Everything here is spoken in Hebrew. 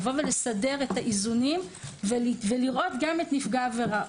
לסדר את האיזונים ולראות גם את נפגע העבירה.